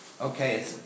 Okay